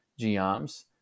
geoms